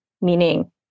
meaning